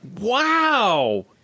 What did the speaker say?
Wow